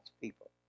people